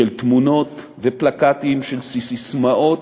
של תמונות ופלקטים, של ססמאות,